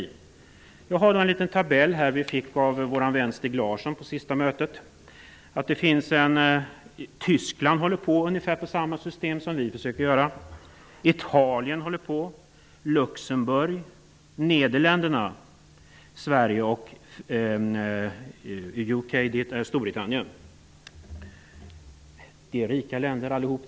Vi fick en liten tabell av vår vän Stig Larsson på senaste mötet. Tyskland håller på med ungefär samma system som vi försöker göra. Italien, Luxemburg, Nederländerna och Storbritannien håller på med det. Det är rika länder allihop.